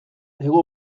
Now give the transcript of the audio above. hego